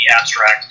abstract